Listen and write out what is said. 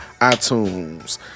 iTunes